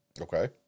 Okay